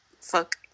Fuck